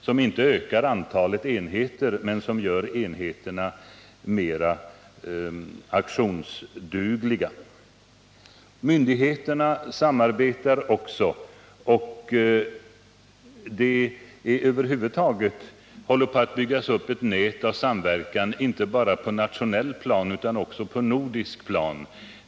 Antalet enheter ökar inte genom denna åtgärd men däremot blir enheterna mera aktionsdugliga. Myndigheterna samarbetar också, och det håller över huvud taget på att byggas upp ett nät av samverkan inte bara på nationellt plan utan också på nordisk nivå.